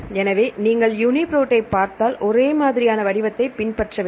எனவே நீங்கள் யூனிப்ரோட் ஐ பார்த்தால் ஒரேமாதிரியான வடிவத்தை பின்பற்ற வேண்டும்